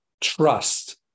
trust